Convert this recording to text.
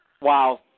Wow